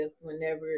whenever